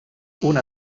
una